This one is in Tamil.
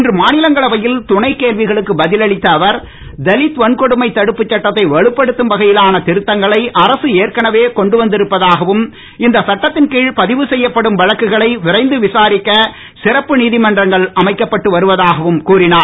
இன்று மாநிலங்களவையில் துணைகேள்விகளுக்கு பதில் அளித்த அவர் தலித் வன்கொடுமை தடுப்புச் சட்டத்தை வலுப்படுத்தும் வகையிலான திருத்தங்களை அரசு ஏற்கனவே கொண்டு வந்து இருப்பதாகவும் இந்த சட்டத்தின் கீழ் பதிவு செய்யப்படும் வழக்குகளை விரைந்து விசாரிக்க சிறப்பு நீதிமன்றங்கள் அமைக்கப்பட்டு வருவதகாவும் கூறினார்